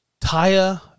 Taya